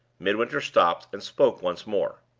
midwinter stopped, and spoke once more.